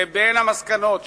בין המסקנות שלה,